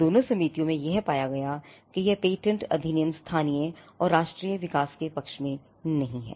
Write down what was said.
दोनों समितियों द्वारा यह पाया गया कि यह पेटेंट अधिनियम स्थानीय और राष्ट्रीय विकास के पक्ष में नहीं है